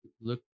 look